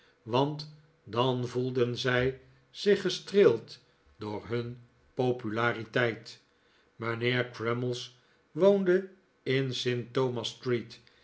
want dan voelden zij zich gestreeld door hun populariteit mijnheer crummies woonde in st thomas street